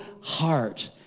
heart